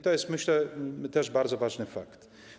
To jest, myślę, też bardzo ważny fakt.